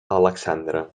alexandre